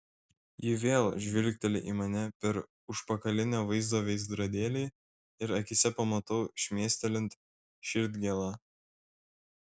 ji vėl žvilgteli į mane per užpakalinio vaizdo veidrodėlį ir akyse pamatau šmėstelint širdgėlą